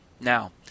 Now